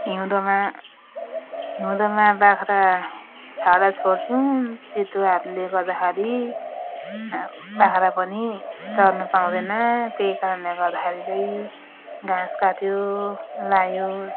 हिउँदमा हिउँदमा बाख्रा छाडा छोड्थ्यौँ चितुवाहरूले गर्दाखेरि बाख्रा पनि चर्नु पाउँदैन त्यही कारणले गर्दाखेरि चाहिँ घाँस काट्यो लगायो